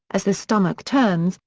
as the stomach turns,